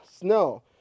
snow